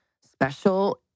special